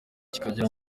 kikagera